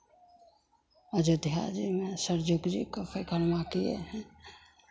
अयोध्या में सरयुग जी को परिक्रमा किए हैं